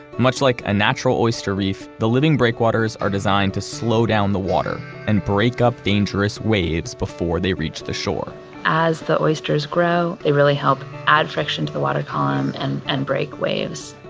much like a natural oyster reef, the living breakwaters are designed to slow down the water and break up dangerous waves before they reach the shore as the oysters grow, they really help add friction to the water column and and break waves